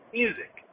music